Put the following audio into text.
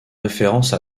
référence